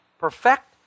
perfect